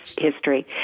history